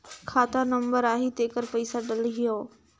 खाता नंबर आही तेकर पइसा डलहीओ?